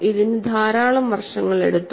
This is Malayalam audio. ഇതിന് ധാരാളം വർഷങ്ങളെടുത്തു